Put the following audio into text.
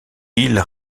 ils